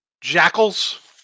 Jackals